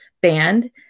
band